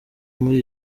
muri